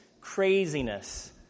craziness